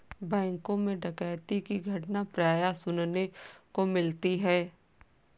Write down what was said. बैंकों मैं डकैती की घटना प्राय सुनने को मिलती है